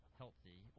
healthy